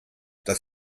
dass